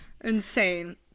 insane